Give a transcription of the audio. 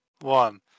one